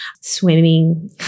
swimming